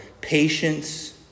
patience